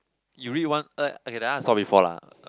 you read one uh okay that I ask you before lah